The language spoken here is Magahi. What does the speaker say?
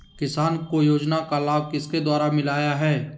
किसान को योजना का लाभ किसके द्वारा मिलाया है?